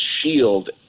shield